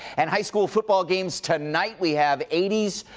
and high school football games, tonight we have eighty s,